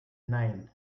nein